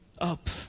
up